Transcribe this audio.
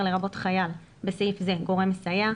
לרבות חייל (בסעיף זה גורם מסייעׂ).